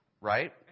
right